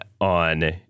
on